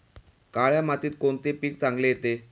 काळ्या मातीत कोणते पीक चांगले येते?